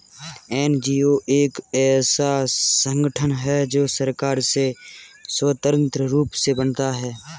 NGO एक ऐसा संगठन है जो सरकार से स्वतंत्र रूप से बनता है